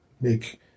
make